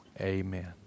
Amen